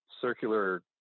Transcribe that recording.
circular